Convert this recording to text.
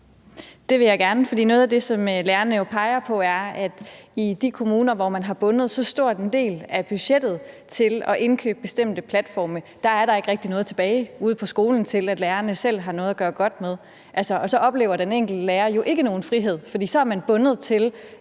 Det vil jeg gerne. For noget af det, som lærerne jo peger på, er, at der i de kommuner, hvor man har bundet så stor en del af budgettet til at indkøbe bestemte platforme, ikke rigtig er noget tilbage ude på skolen til, at lærerne selv har noget at gøre godt med, og så oplever den enkelte lærer jo ikke nogen frihed. For så er man bundet til